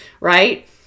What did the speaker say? Right